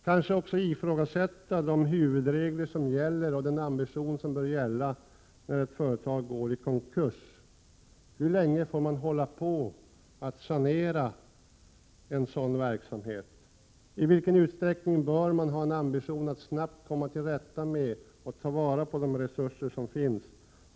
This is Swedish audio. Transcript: Kanske bör också ifrågasättas de huvudregler som gäller när företag går i Prot. 1987/88:127 konkurs. Hur länge får man egentligen hålla på att sanera en sådan 26 maj 1988 verksamhet? I vilken utsträckning bör ambitionen vara att snabbt komma till rätta med problemen och ta vara på de resurser som finns?